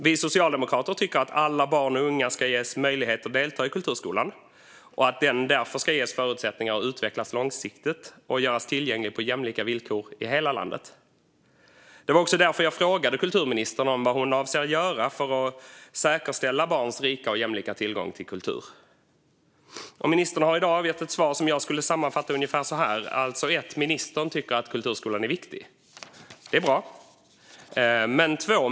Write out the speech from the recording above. Vi socialdemokrater tycker att alla barn och unga ska ges möjlighet att delta i kulturskolan och att den därför ska ges förutsättningar att utvecklas långsiktigt och göras tillgänglig på jämlika villkor i hela landet. Det var också därför jag frågade kulturministern vad hon avser att göra för att säkerställa barns rika och jämlika tillgång till kultur. Ministern har i dag avgett ett svar som jag skulle sammanfatta ungefär så här: Ministern tycker att kulturskolan är viktig. Det är bra.